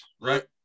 Right